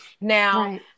Now